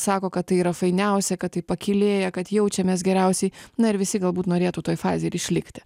sako kad tai yra fainiausia kad taip pakylėja kad jaučiamės geriausiai na ir visi galbūt norėtų toj fazėj ir išlikti